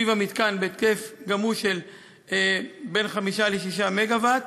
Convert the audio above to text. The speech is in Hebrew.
גם הוא בהיקף שבין 5 ל-6 מגה-ואט.